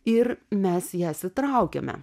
ir mes jas įtraukiame